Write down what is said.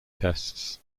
tests